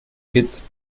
kitts